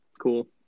Cool